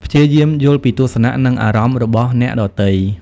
ព្យាយាមយល់ពីទស្សនៈ និងអារម្មណ៍របស់អ្នកដទៃ។